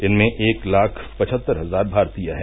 इनमें एक लाख पचहत्तर हजार भारतीय हैं